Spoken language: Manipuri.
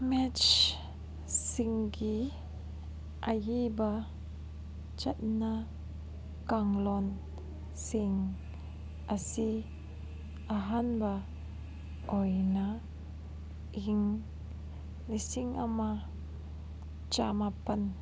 ꯃꯦꯠꯁꯁꯤꯡꯒꯤ ꯑꯏꯕ ꯆꯠꯅ ꯀꯥꯡꯂꯣꯟ ꯁꯤꯡ ꯑꯁꯤ ꯑꯍꯥꯟꯕ ꯑꯣꯏꯅ ꯏꯪ ꯂꯤꯁꯤꯡ ꯑꯃ ꯆꯃꯥꯄꯟ